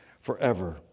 forever